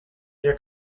via